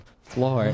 floor